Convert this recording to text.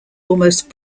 almost